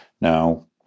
Now